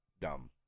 dumb